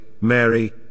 Mary